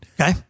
Okay